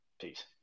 Peace